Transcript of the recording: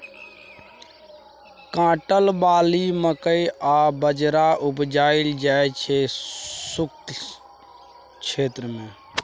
cotton, barley, मकइ आ बजरा उपजाएल जाइ छै शुष्क क्षेत्र मे